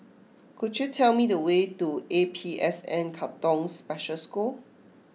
could you tell me the way to A P S N Katong Special School